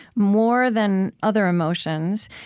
more than other emotions,